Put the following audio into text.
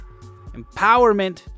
empowerment